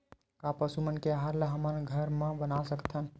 का पशु मन के आहार ला हमन घर मा बना सकथन?